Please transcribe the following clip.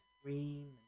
scream